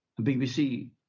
bbc